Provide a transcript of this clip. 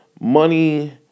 money